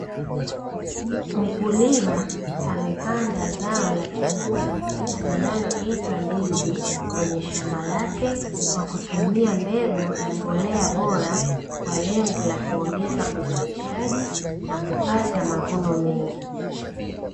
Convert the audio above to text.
Mkulima amepanda zao la chakula linaloitwa ndizi, kwenye shamba lake kwa kutumia mbegu na mbolea bora, kwa lengo la kuongeza uzalishaji na kupata mavuno mengi.